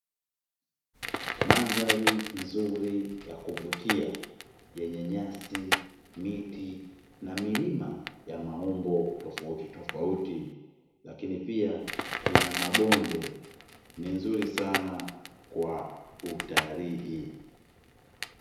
Mandhari nzuri ya kuvutia, yenye nyasi, miti na milima ya maumbo tofauti tofauti lakini pia ina mabonde ni nzuri sana kwa utalii.